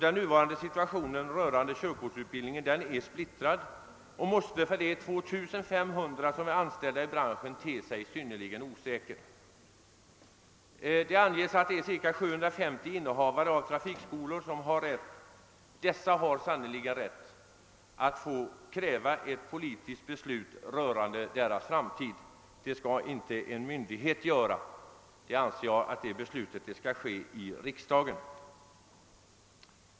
Den nuvarande situationen när det gäller körkortsutbildningen är splittrad och måste för de 2500 anställda i branschen te sig synnerligen osäker. Det anges att det finns cirka 750 innehavare av trafikskolor, och dessa har rätt, ja, sannerligen rätt att kräva ett politiskt beslut rörande sin framtid. Det beslutet bör enligt min mening fattas av riksdagen och inte av en myndighet.